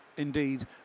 indeed